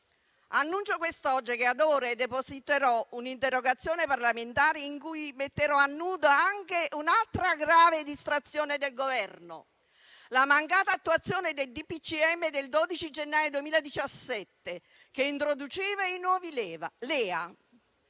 Annuncio quest'oggi che ad ore depositerò un'interrogazione parlamentare in cui metterò a nudo anche un'altra grave distrazione del Governo, che è la mancata attuazione del DPCM del 12 gennaio 2017, che introduceva i nuovi LEA.